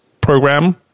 program